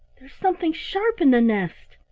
there's something sharp in the nest.